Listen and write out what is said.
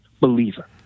believer—